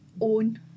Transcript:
own